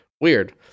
weird